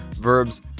Verbs